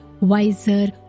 wiser